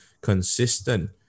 consistent